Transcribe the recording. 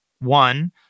One